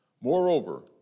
Moreover